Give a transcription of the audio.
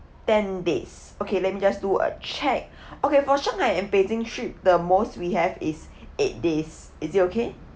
ten days okay let me just do a check okay for shanghai and beijing trip the most we have is eight days is it okay